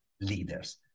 leaders